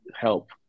help